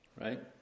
right